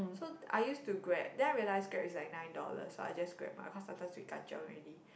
so I used to grab then I realize grab is like nine dollars so I just grab because sometimes we kanchiong already